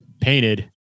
painted